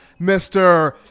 Mr